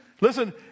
listen